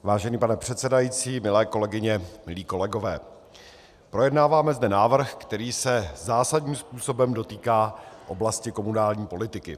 Vážený pane předsedající, milé kolegyně, milí kolegové, projednáváme zde návrh, který se zásadním způsobem dotýká oblasti komunální politiky.